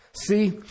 See